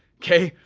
kay,